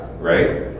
right